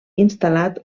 instal·lat